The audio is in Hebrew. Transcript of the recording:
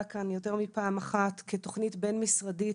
כאן יותר מפעם אחת כתוכנית בין-משרדית,